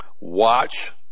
Watch